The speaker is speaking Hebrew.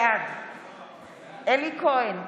בעד אלי כהן,